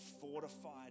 fortified